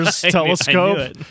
telescope